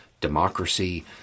democracy